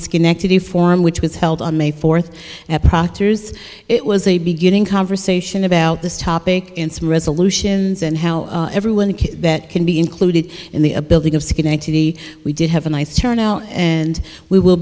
schenectady forum which was held on may fourth at proctor's it was a beginning conversation about this topic and some resolutions and how everyone that can be included in the a building of second eighty we did have a nice turnout and we will